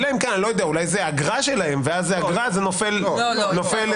אלא אם אולי זה האגרה שלהם ואז זה נופל לזה.